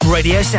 Radio